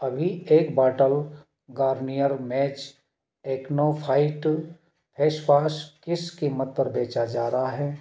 अभी एक bottle Garnier men's AcnoFight facewash किस कीमत पर बेचा जा रहा है